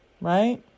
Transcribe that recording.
Right